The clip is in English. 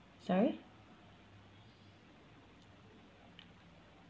sorry